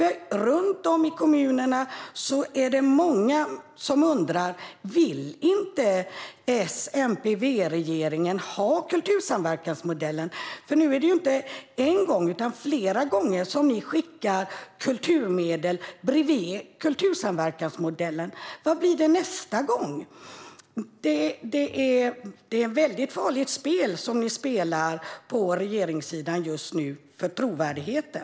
Runt om i kommunerna är det många som undrar om S-MP-V inte vill ha kultursamverkansmodellen. Inte en utan flera gånger har ni skickat kulturmedel bredvid kultursamverkansmodellen. Vad blir det nästa gång? Det är ett farligt spel ni spelar på regeringssidan just nu, i fråga om trovärdigheten.